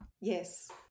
Yes